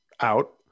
out